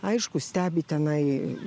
aišku stebi tenai